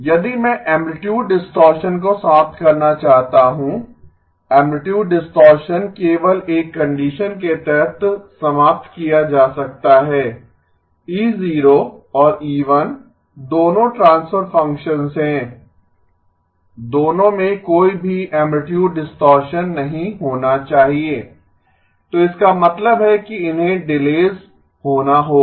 यदि मैं amplitude distortion को समाप्त करना चाहता हूं ऐमप्लितुड डिस्टॉरशन केवल एक कंडीशन के तहत समाप्त किया जा सकता है E0 और E1 दोनों ट्रांसफर फंक्शन्स हैं दोनों मे कोई भी ऐमप्लितुड डिस्टॉरशन नहीं होना चाहिए तो इसका मतलब है कि इन्हें डिलेस होना होगा